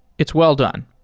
it's well done.